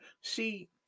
See